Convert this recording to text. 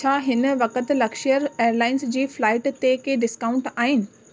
छा हिन वक़्तु लक शेयर एयरलाइंस जी फ्लाइट ते के डिस्काउंट आहिनि